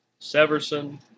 Severson